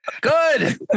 Good